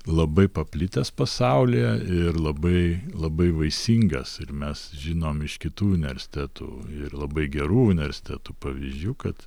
labai paplitęs pasaulyje ir labai labai vaisingas ir mes žinom iš kitų universitetų ir labai gerų universitetų pavyzdžių kad